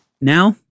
Now